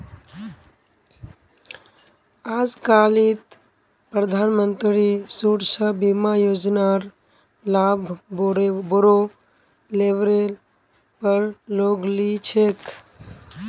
आजकालित प्रधानमंत्री सुरक्षा बीमा योजनार लाभ बोरो लेवलेर पर लोग ली छेक